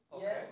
Yes